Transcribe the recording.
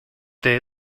day